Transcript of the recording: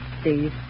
Steve